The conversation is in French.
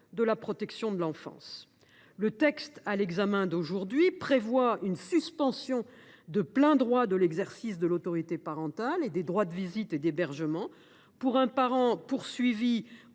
de la protection de l’enfance. Le présent texte prévoit une suspension de plein droit de l’exercice de l’autorité parentale et des droits de visite et d’hébergement pour un parent poursuivi